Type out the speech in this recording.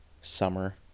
summer